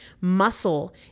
Muscle